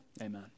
Amen